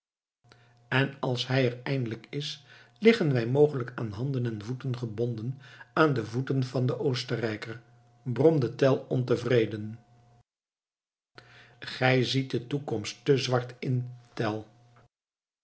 en als hij er eindelijk is liggen wij mogelijk aan handen en voeten gebonden aan de voeten van den oostenrijker bromde tell ontevreden gij ziet de toekomst te zwart in tell